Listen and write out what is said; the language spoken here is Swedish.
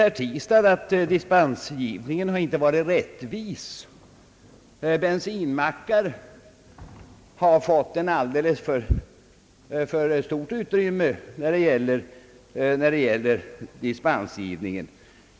Herr Tistad säger, att dispensgivningen inte varit rättvis — bensinmackar har fått ett alldeles för stort utrymme.